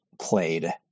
played